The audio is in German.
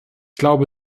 glaube